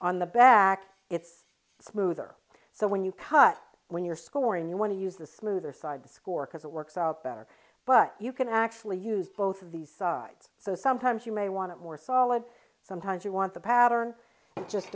on the back it smoother so when you cut when you're scoring you want to use the smoother side score because it works out better but you can actually use both of these sides so sometimes you may want more solid sometimes you want the pattern and just